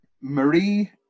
Marie